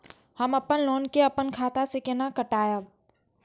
हम अपन लोन के अपन खाता से केना कटायब?